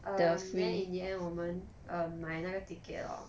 um then in the end 我们 um 买那个 ticket lor